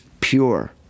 pure